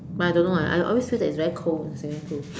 but I don't know I I always feel that is very cold in swimming pool